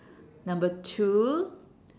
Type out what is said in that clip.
number two